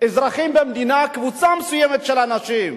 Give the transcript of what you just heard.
אזרחים במדינה, קבוצה מסוימת של אנשים,